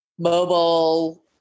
mobile